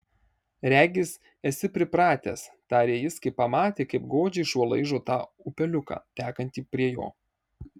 regis esi pripratęs tarė jis kai pamatė kaip godžiai šuo laižo tą upeliuką tekantį prie jo